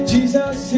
Jesus